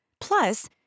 Plus